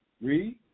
Read